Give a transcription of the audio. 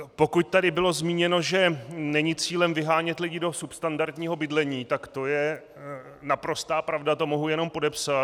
Pokud tady bylo zmíněno, že není cílem vyhánět lidi do substandardního bydlení, tak to je naprostá pravda, to mohu jenom podepsat.